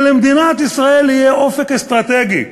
שלמדינת ישראל יהיה אופק אסטרטגי,